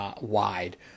wide